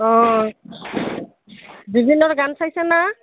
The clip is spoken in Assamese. অঁ জুবিনৰ গান চাইছে নে